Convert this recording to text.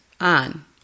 on